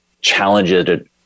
challenges